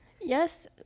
yes